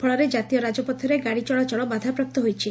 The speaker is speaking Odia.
ଫଳରେ ଜାତୀୟ ରାଜ୍ରପଥରେ ଗାଡି ଚଳାଚଳ ବାଧାପ୍ରାପ୍ତ ହୋଇଛି